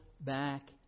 back